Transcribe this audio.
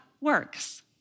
works